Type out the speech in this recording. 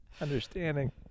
Understanding